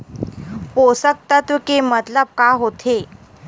पोषक तत्व के मतलब का होथे?